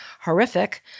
horrific